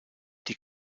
die